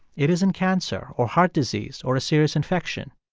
it isn't cancer or heart disease or a serious infection.